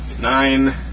Nine